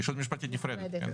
ישות משפטית נפרדת.